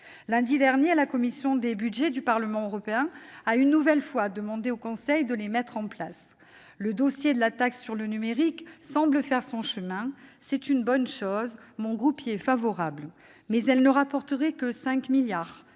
Lundi dernier, la commission des budgets du Parlement européen a une nouvelle fois demandé au Conseil de les mettre en oeuvre. Le dossier de la taxe sur le numérique semble faire son chemin. C'est une bonne chose, et mon groupe y est favorable, mais cette taxe ne rapporterait que 5 milliards